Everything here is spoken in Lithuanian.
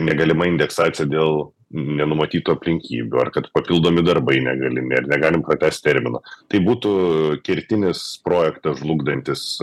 negalima indeksacija dėl nenumatytų aplinkybių ar kad papildomi darbai negalimiar negalim pratęst termino tai būtų kertinis projektą žlugdantis